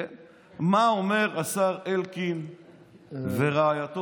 מה אומרים השר אלקין ורעייתו